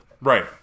Right